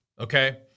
okay